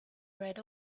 right